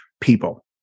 people